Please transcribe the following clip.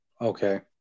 Okay